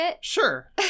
Sure